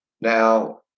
now